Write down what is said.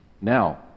Now